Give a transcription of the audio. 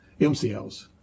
MCLs